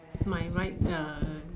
my right the